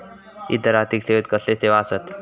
इतर आर्थिक सेवेत कसले सेवा आसत?